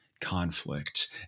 conflict